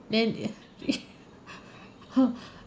then ya !huh!